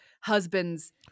husband's